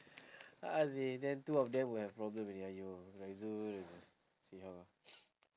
ah they then two of them will have problem already !aiyo! azul see how ah